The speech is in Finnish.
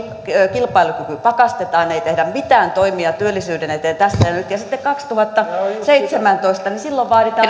kilpailukyky pakastetaan ei tehdä mitään toimia työllisyyden eteen tässä ja nyt ja sitten kaksituhattaseitsemäntoista vaaditaan